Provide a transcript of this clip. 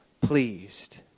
pleased